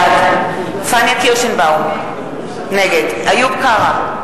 בעד פניה קירשנבאום, נגד איוב קרא,